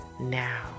now